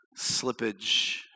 slippage